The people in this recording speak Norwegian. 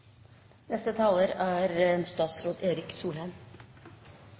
Neste taler er